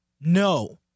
No